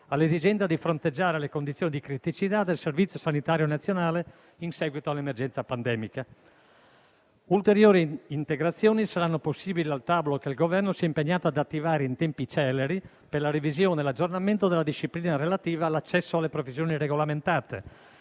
all'esigenza di fronteggiare le condizioni di criticità del Servizio sanitario nazionale in seguito all'emergenza pandemica. Ulteriori integrazioni saranno possibili al tavolo che il Governo si è impegnato ad attivare in tempi celeri per la revisione e l'aggiornamento della disciplina relativa all'accesso alle professioni regolamentate,